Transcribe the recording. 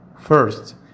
first